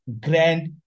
Grand